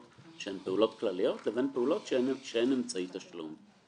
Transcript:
שהן פעולות כלליות לבין פעולות שאין אמצעי תשלום.